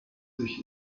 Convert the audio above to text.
sich